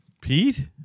Pete